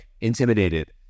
intimidated